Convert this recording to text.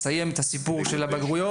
תסיים את הסיפור של הבגרויות,